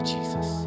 Jesus